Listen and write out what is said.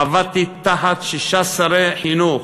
עבדתי תחת שישה שרי חינוך